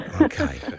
Okay